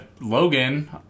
Logan